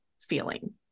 feeling